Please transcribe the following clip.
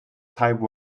type